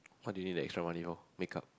what do you need the extra money for make up